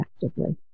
effectively